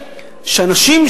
שאנשים,